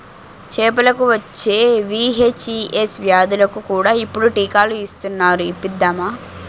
చేపలకు వచ్చే వీ.హెచ్.ఈ.ఎస్ వ్యాధులకు కూడా ఇప్పుడు టీకాలు ఇస్తునారు ఇప్పిద్దామా